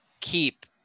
keep